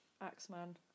Axeman